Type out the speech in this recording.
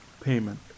payment